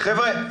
חבר'ה,